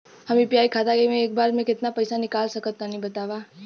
हम यू.पी.आई खाता से एक बेर म केतना पइसा निकाल सकिला तनि बतावा?